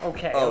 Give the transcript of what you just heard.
Okay